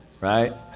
right